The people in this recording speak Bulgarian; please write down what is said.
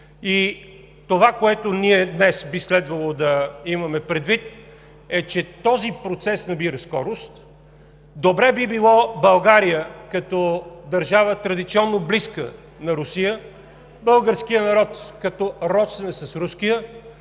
Това, което ние днес би следвало да имаме предвид, е, че този процес набира скорост. Добре би било България като държава, традиционно близка на Русия, българският народ като родствен с руския